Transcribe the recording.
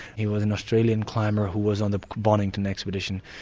he was an australian climber who was on the bonington expedition,